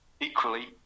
Equally